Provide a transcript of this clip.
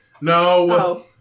No